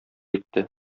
итте